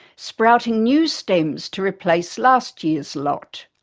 sprouting new stems to replace last year's lot.